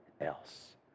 else